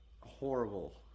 Horrible